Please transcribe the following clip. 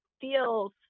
feels